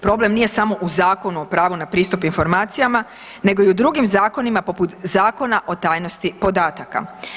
Problem nije samo u Zakonu o pravu na pristup informacijama nego i u drugim zakonima, poput Zakonima o tajnosti podataka.